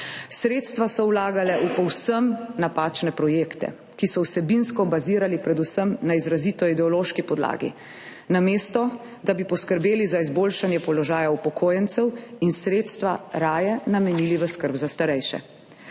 Sredstva so vlagale v povsem napačne projekte, ki so vsebinsko bazirali predvsem na izrazito ideološki podlagi, namesto da bi poskrbele za izboljšanje položaja upokojencev in sredstva raje namenile v skrb za starejše.